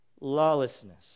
lawlessness